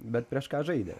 bet prieš ką žaidė